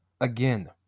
again